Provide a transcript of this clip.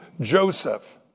Joseph